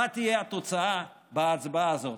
מה תהיה התוצאה בהצבעה הזאת.